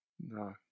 No